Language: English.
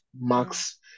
max